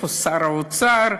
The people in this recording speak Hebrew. איפה שר האוצר?